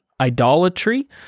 idolatry